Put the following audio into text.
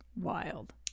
wild